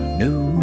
new